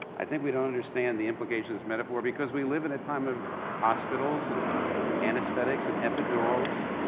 i think we don't understand the implications metaphor because we live in a time of hospitals, and anesthetics, and epidurals.